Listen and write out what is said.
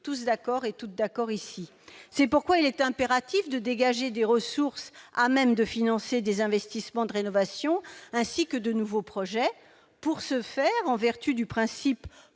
toutes et tous d'accord ici. C'est pourquoi il est impératif de dégager des ressources à même de financer des investissements de rénovation, ainsi que de nouveaux projets. Pour ce faire, en vertu du principe